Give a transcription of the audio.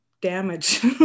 damage